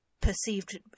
perceived